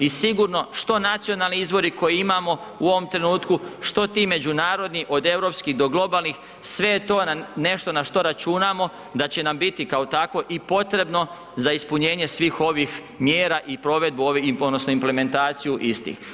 I sigurno što nacionalni izvori koje imamo u ovom trenutku, što ti međunarodni od europskih do globalnih sve je to nešto na što računamo da će nam biti kao takvo i potrebno za ispunjenje svih ovih mjera i provedbu ovi, odnosno implementaciju istih.